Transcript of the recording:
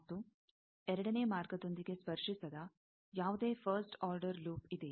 ಮತ್ತು ಎರಡನೇ ಮಾರ್ಗದೊಂದಿಗೆ ಸ್ಪರ್ಶಿಸದ ಯಾವುದೇ ಫಸ್ಟ್ ಆರ್ಡರ್ ಲೂಪ್ ಇದೆಯೇ